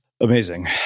Amazing